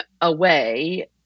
away